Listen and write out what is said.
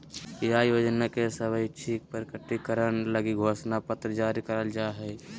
आय योजना के स्वैच्छिक प्रकटीकरण लगी घोषणा पत्र जारी करल जा हइ